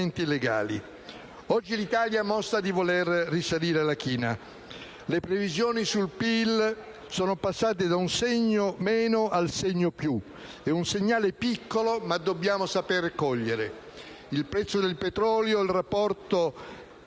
Oggi l'Italia mostra di voler risalire la china. Le previsioni sul PIL sono passate dal segno meno al segno più: è un segnale piccolo, ma dobbiamo coglierlo. Il prezzo del petrolio, il rapporto